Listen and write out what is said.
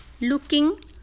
looking